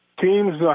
Teams